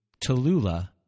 Tallulah